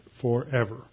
forever